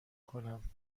کنم